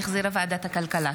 שהחזירה ועדת הכלכלה.